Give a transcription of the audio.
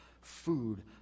food